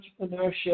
entrepreneurship